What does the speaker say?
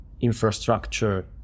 infrastructure